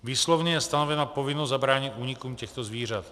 Výslovně je stanovena povinnost zabránit únikům těchto zvířat.